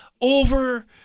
over